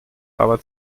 aber